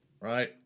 right